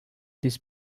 this